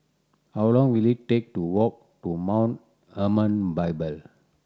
how long will it take to walk to Mount Hermon Bible